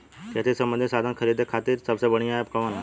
खेती से सबंधित साधन खरीदे खाती सबसे बढ़ियां एप कवन ह?